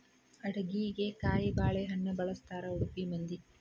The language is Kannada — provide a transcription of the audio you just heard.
ಅಡಿಗಿಗೆ ಕಾಯಿಬಾಳೇಹಣ್ಣ ಬಳ್ಸತಾರಾ ಉಡುಪಿ ಮಂದಿ